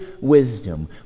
wisdom